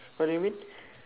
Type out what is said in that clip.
what do you mean